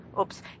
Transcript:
Oops